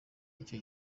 icyo